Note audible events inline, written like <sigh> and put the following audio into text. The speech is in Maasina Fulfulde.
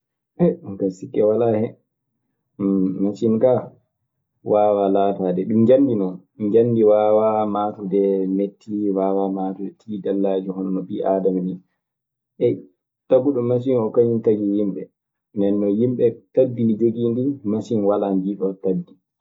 Ee ɗun kaa sikke walaa hen. <hesitation> Masiŋ kaa Waawa laataade. Ɗun njanndi non. Njanndi waawa maatude mettii, waawaa maatude tiiɗalla hono no ɓii aadama nii. <hesitation> taguɗo masiŋ oo, kañun tagi yimɓe me no yimɓe, tagdi ndi jogii ndi, masiŋ walaa ndiiɗoon tagdi.